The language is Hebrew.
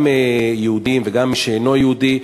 גם יהודי וגם מי שאינו יהודי,